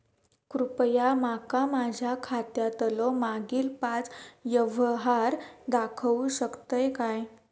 कृपया माका माझ्या खात्यातलो मागील पाच यव्हहार दाखवु शकतय काय?